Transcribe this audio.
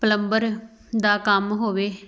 plumber ਦਾ ਕੰਮ ਹੋਵੇ